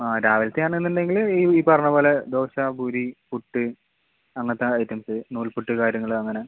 ആ രാവിലത്തെ ആണെന്ന് ഉണ്ടെങ്കിൽ ഈ ഈ പറഞ്ഞ പോലെ ദോശ ഭൂരി പുട്ട് അങ്ങനത്തെ ഐറ്റംസ് നൂൽപ്പുട്ട് കാര്യങ്ങൾ അങ്ങനെ